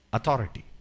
Authority